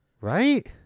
Right